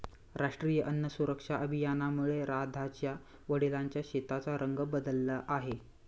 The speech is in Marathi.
राष्ट्रीय अन्न सुरक्षा अभियानामुळे राधाच्या वडिलांच्या शेताचा रंग बदलला आहे